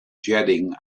jetting